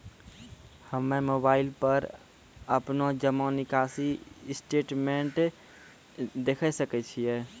हम्मय मोबाइल पर अपनो जमा निकासी स्टेटमेंट देखय सकय छियै?